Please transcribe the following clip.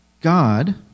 God